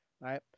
right